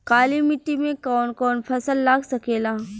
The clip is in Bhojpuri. काली मिट्टी मे कौन कौन फसल लाग सकेला?